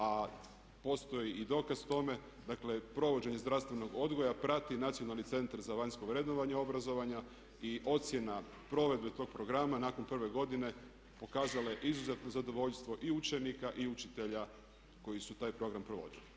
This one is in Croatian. A postoji i dokaz tome, dakle provođenje zdravstvenog odgoja prati Nacionalni centar za vanjsko vrednovanje obrazovanja i ocjena provedbe tog programa nakon prve godine pokazala je izuzetno zadovoljstvo i učenika i učitelja koji su taj program provodili.